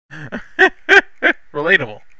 Relatable